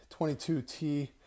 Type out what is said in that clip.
22T